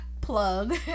plug